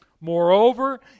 moreover